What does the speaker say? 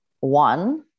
One